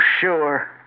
Sure